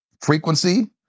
frequency